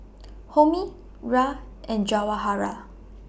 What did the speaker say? Homi Raj and Jawaharlal